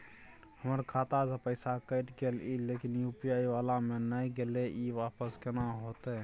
हमर खाता स पैसा कैट गेले इ लेकिन यु.पी.आई वाला म नय गेले इ वापस केना होतै?